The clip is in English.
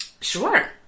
Sure